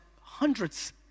hundreds